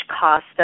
cost